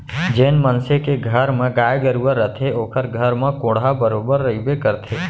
जेन मनसे के घर म गाय गरूवा रथे ओकर घर म कोंढ़ा बरोबर रइबे करथे